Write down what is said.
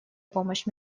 помощь